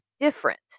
different